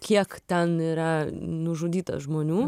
kiek ten yra nužudyta žmonių